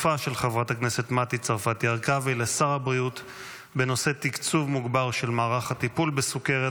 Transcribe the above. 2516. תקצוב מוגבר של מערך הטיפול בסוכרת